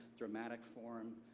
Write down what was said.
dramatic form,